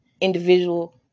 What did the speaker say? individual